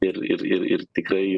ir ir ir ir tikrai